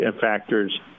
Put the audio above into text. factors